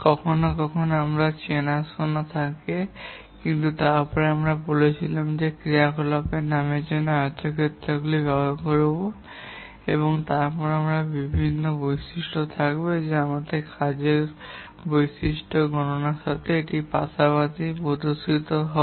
কখনও কখনও আমাদের চেনাশোনা থাকে কিন্তু তারপরে আমরা বলেছিলাম যে আমরা ক্রিয়াকলাপের নামের জন্য আয়তক্ষেত্রগুলি ব্যবহার করব এবং তারপরে আমাদের বিভিন্ন বৈশিষ্ট্য থাকবে যা আমাদের কাজের বৈশিষ্ট্যগুলির গণনার জন্য এটির পাশাপাশি নির্দেশিত হবে